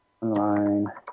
Online